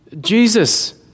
Jesus